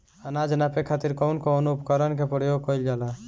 अनाज नापे खातीर कउन कउन उपकरण के प्रयोग कइल जाला?